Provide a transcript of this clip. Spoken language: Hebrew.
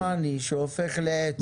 שהופך לעץ.